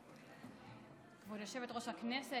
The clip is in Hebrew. כבוד יושבת-ראש הישיבה,